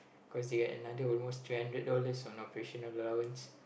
cause they get another almost three hundred dollars for operational allowance